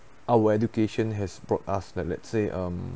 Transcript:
our education has brought us like let's say um